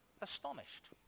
astonished